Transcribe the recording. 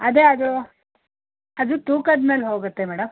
ಅದೇ ಅದು ಅದು ತೂಕದ ಮೇಲೆ ಹೋಗುತ್ತೆ ಮೇಡಮ್